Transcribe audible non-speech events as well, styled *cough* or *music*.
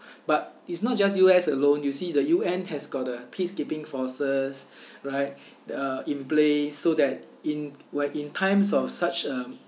*breath* but it's not just U_S alone you see the U_N has got the peacekeeping forces *breath* right uh in place so that in when in times of such a